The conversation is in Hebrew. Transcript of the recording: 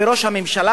וראש הממשלה,